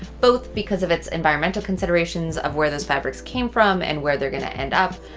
both because of its environmental considerations of where those fabrics came from and where they're going to end up.